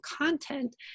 content